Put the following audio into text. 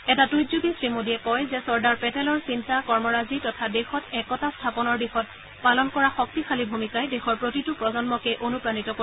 এটা টুইটযোগে শ্ৰীমোডীয়ে কয় যে চৰ্দাৰ পেটেলৰ চিন্তা কৰ্মৰাজি তথা দেশত একতা স্থাপনৰ দিশত পালন কৰা শক্তিশালী ভূমিকাই দেশৰ প্ৰতিটো প্ৰজন্মকে অনুপ্ৰাণিত কৰিব